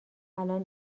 الان